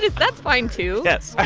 that's fine, too yes,